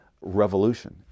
revolution